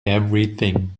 everything